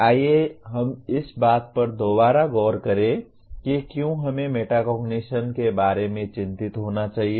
आइए हम इस बात पर दोबारा गौर करें कि क्यों हमें मेटाकोग्निशन के बारे में चिंतित होना चाहिए